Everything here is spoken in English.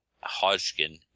Hodgkin